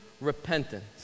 repentance